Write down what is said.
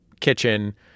kitchen